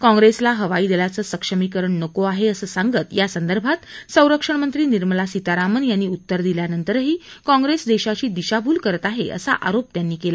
काँप्रेसला हवाई दलाचं सक्षमीकरण नको आहे असं सांगत यासंदर्भात संरक्षण मंत्री निर्मला सीतारामन यांनी उत्तर दिल्यानंतरही काँप्रेस देशाची दिशाभूल करत आहे असा आरोप त्यानीं केला